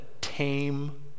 tame